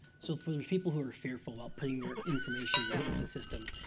so for those people who are fearful about putting their information yeah into the system,